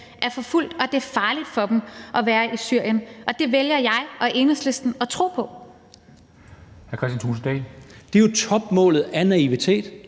er forfulgte og det er farligt for dem at være i Syrien, og det vælger jeg og Enhedslisten at tro på. Kl. 13:31 Formanden